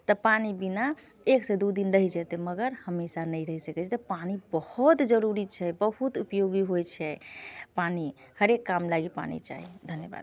तऽ पानि बिना एकसँ दू दिन रहि जेतै मगर हमेशा नहि रहि सकै छै तऽ पानि बहुत जरूरी छै बहुत उपयोगी होइ छै पानि हरेक काम लागि पानि चाही धन्यबाद